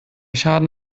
schaden